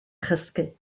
chysgu